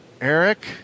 Eric